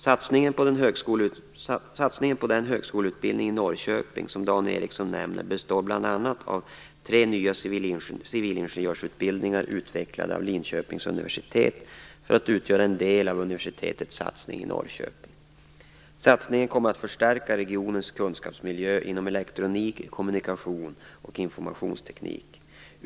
Satsningen på den högskoleutbildning i Norrköping som Dan Ericsson nämner består bl.a. av tre nya civilingenjörsutbildningar utvecklade av Linköpings universitet för att utgöra en del av universitetets satsning i Norrköping. Satsningen kommer att förstärka regionens kunskapsmiljö inom elektronik, kommunikation och informationsteknik.